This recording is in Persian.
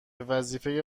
وظیفه